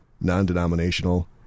non-denominational